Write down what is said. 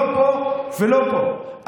לא פה ולא פה.